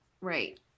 Right